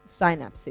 synapses